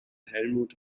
helmut